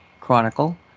Chronicle